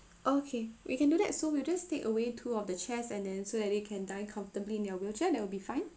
okay we can do that so we'll just take away two of the chairs and then so that they can dine comfortably in your wheelchair that will be fine